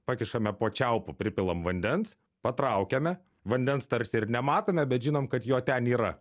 pakišame po čiaupu pripilam vandens patraukiame vandens tarsi ir nematome bet žinom kad jo ten yra